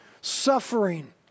suffering